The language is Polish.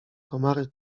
komary